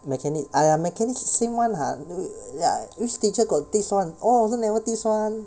mechanic !aiya! mechanic same one lah like which teacher got teach [one] all also never teach [one]